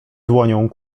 dłonią